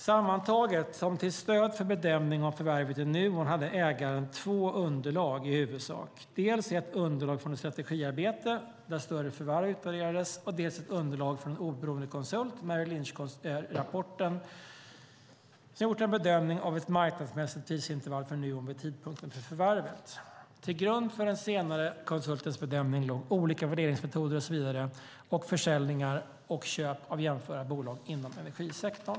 Sammantaget och som stöd för bedömning av förvärvet av Nuon hade ägaren i huvudsak två underlag, dels ett underlag från ett strategiarbete där större förvärv utvärderades, dels ett underlag från en oberoende konsult, Merrill Lynch-rapporten, som gjort en bedömning av ett marknadsmässigt prisintervall för Nuon vid tidpunkten för förvärvet. Till grund för den senare konsultens bedömning låg olika värderingsmetoder och så vidare och försäljningar och köp av jämförbara bolag inom energisektorn.